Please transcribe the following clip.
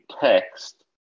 text